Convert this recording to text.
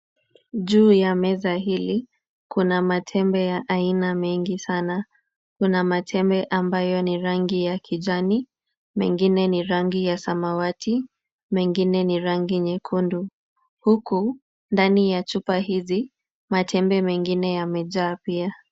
Juu ya meza hili kuna matembe ya aina mingi sana. Kuna matembe ambayo ni rangi ya kijani, mengine ni yangi ya samawati, mengine ni rangi nyekundu huku ndani ya chupa hizi matembe mengine yamejaa pia.